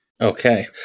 Okay